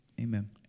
Amen